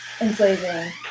Enslaving